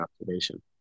observation